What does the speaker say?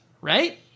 right